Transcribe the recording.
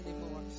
anymore